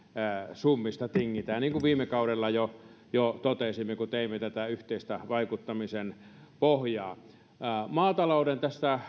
summista tingitään niin kuin viime kaudella jo jo totesimme kun teimme tätä yhteistä vaikuttamisen pohjaa tämä maatalouden